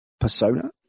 persona